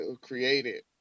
created